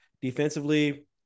Defensively